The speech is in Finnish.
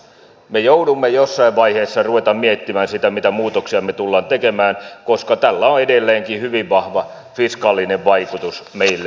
me joudumme jossain vaiheessa rupeamaan miettimään sitä mitä muutoksia me tulemme tekemään koska tällä on edelleenkin hyvin vahva fiskaalinen vaikutus meille